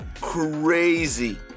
crazy